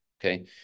okay